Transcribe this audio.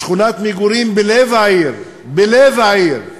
לשכונת מגורים בלב העיר, בלב העיר,